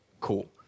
cool